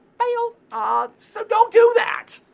fail. ah so don't do that.